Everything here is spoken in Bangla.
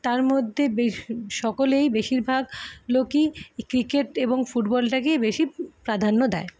তার মধ্যে বেশি সকলেই বেশিরভাগ লোকই ক্রিকেট এবং ফুটবলটাকেই বেশি প্রাধান্য দেয়